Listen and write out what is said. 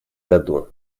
году